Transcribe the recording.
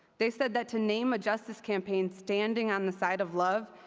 they said that to name a justice campaign standing on the side of love,